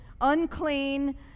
unclean